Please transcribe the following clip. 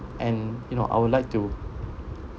and you know I would like to